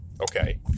okay